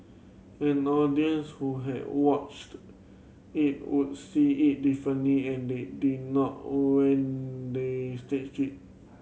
an audience who had watched it would see it differently and they did not they staged it